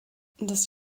das